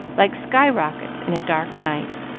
like sky-rockets in a dark night.